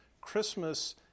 Christmas